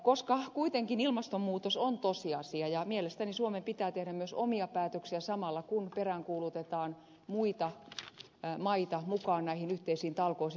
koska kuitenkin ilmastonmuutos on tosiasia mielestäni suomen pitää tehdä myös omia päätöksiä samalla kun peräänkuulutetaan muita maita mukaan näihin yhteisiin talkoisiin